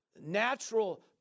Natural